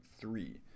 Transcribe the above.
three